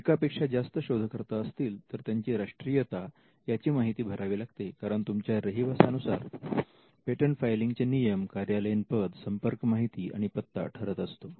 एकापेक्षा जास्त शोधकर्ता असतील तर त्यांची राष्ट्रीयता याची माहिती भरावी लागते कारण तुमच्या रहिवासानुसार पेटंट फायलिंग चे नियम कार्यालयीन पद संपर्क माहिती आणि पत्ता ठरत असतो